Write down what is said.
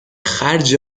خرج